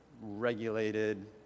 regulated